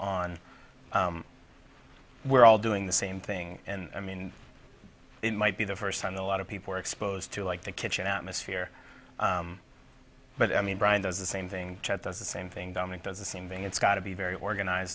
on we're all doing the same thing and i mean it might be the first time the lot of people are exposed to like the kitchen atmosphere but i mean brian does the same thing does the same thing dumb it does the same thing it's got to be very organized